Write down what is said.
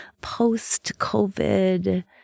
post-COVID